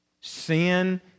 Sin